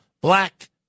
black